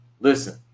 Listen